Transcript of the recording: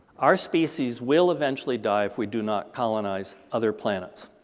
our species will eventually die if we do not colonize other planets